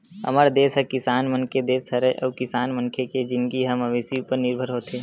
हमर देस ह किसान मन के देस हरय अउ किसान मनखे के जिनगी ह मवेशी उपर निरभर होथे